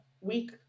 week